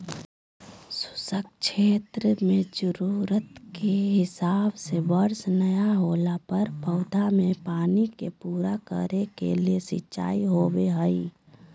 शुष्क क्षेत्र मेंजरूरत के हिसाब से वर्षा नय होला पर पौधा मे पानी के पूरा करे के ले सिंचाई होव हई